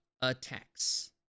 attacks